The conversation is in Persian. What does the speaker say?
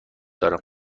دارم